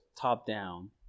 top-down